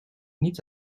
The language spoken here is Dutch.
niet